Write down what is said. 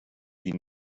wie